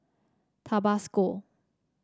Tabasco